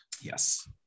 Yes